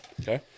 Okay